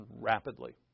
rapidly